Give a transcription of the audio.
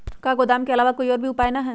का गोदाम के आलावा कोई और उपाय न ह?